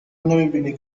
نمیبینی